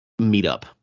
meetup